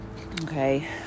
Okay